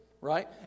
right